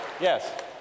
Yes